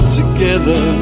together